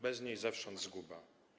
Bez niej zewsząd zguba”